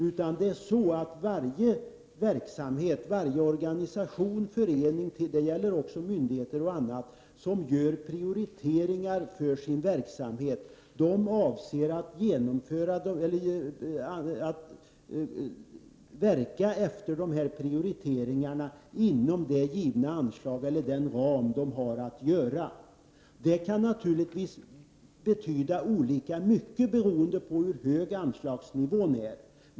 Det är i stället så att varje verksamhet, varje organisation och förening eller myndighet som gör prioriteringar i sin verksamhet avser att verka efter de prioriteringarna inom den ram de har. Det kan naturligtvis betyda olika mycket beroende på hur hög anslagsnivån är.